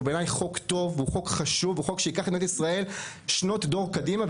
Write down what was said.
שהוא בעייני חוק טוב וחשוב שייקח את מדינת ישראל שנות אור קדימה,